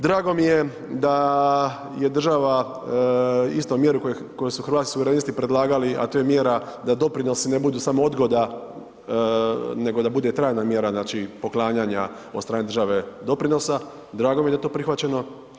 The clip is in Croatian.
Drago mi je da je država isto mjeru koju su Hrvatski suverenisti predlagali, a to je mjera da doprinosi ne budu samo odgoda nego da bude trajna mjera poklanjanja od strane države doprinosa, drago mi je da je to prihvaćeno.